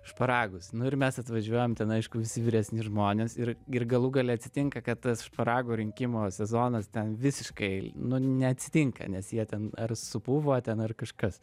šparagus nu ir mes atvažiuojam ten aišku visi vyresni žmonės ir ir galų gale atsitinka kad tas šparagų rinkimo sezonas ten visiškai nu neatsitinka nes jie ten ar supuvo ten ar kažkas